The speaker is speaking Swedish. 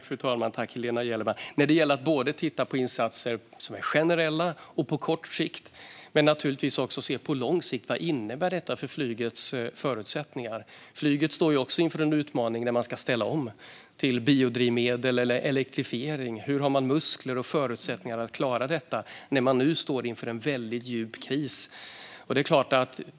Fru talman! Tack, Helena Gellerman! Det gäller att titta både på generella insatser på kort sikt och på vad detta innebär för flygets förutsättningar på lång sikt. Flyget står också inför utmaningen att ställa om till biodrivmedel eller elektrifiering. Hur har man muskler och förutsättningar att klara detta när man nu står inför en djup kris?